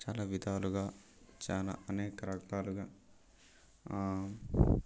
చాలా విధాలుగా చానా అనేక రకాలుగా